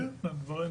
כן, למשל.